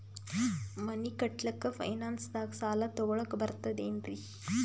ಮನಿ ಕಟ್ಲಕ್ಕ ಫೈನಾನ್ಸ್ ದಾಗ ಸಾಲ ತೊಗೊಲಕ ಬರ್ತದೇನ್ರಿ?